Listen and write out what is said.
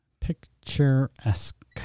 picturesque